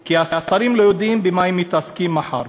כי השרים לא יודעים במה הם מתעסקים מחר